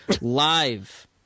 live